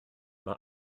mae